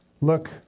look